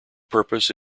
purpose